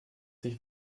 sich